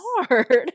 hard